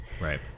Right